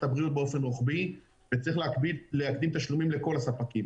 הבריאות באופן רוחבי וצריך להקדים תשלומים לכל הספקים.